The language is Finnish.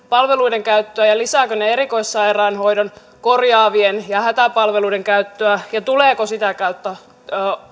palveluiden käyttöä ja lisäävätkö ne erikoissairaanhoidon korjaavien ja hätäpalveluiden käyttöä ja tuleeko sitä kautta